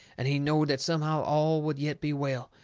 and he knowed that somehow all would yet be well,